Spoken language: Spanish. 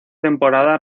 temporada